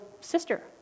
sister